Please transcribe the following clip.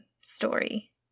story